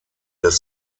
des